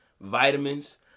vitamins